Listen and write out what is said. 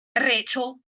Rachel